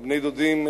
בני-הדודים,